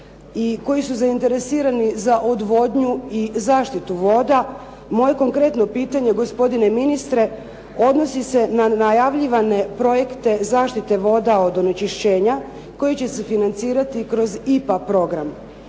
i koji su zainteresirani za odvodnju i zaštitu voda, moje konkretno pitanje gospodine ministre, odnosi se na najavljivane projekte zaštite voda od onečišćenja koji će se financirati kroz IPA program.